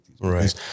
Right